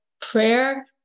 prayer